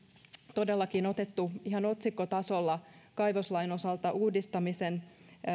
todellakin otettu ihan otsikkotasolla kaivoslain osalta uudistamisen